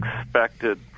expected